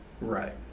right